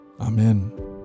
Amen